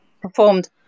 performed